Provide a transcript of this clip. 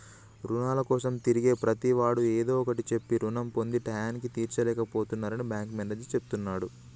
రుణాల కోసం తిరిగే ప్రతివాడు ఏదో ఒకటి చెప్పి రుణం పొంది టైయ్యానికి తీర్చలేక పోతున్నరని మేనేజర్ చెప్తున్నడు